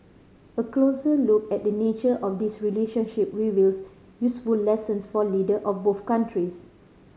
a closer look at the nature of this relationship reveals useful lessons for leader of both countries